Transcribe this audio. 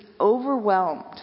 overwhelmed